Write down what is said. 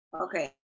okay